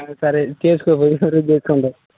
సరే చేసుకో పోయి ఎవరికీ చేసుకుంటావో